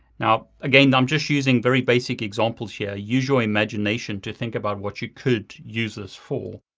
now, again, i'm just using very basic examples here. use your imagination to think about what you could use this for.